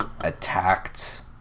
attacked